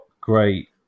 great